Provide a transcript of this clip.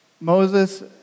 Moses